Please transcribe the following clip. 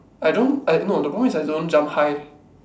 I don't I no the problem is I don't jump high